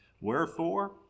Wherefore